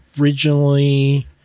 originally